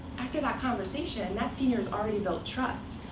after that conversation, that senior's already built trust.